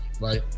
right